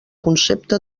concepte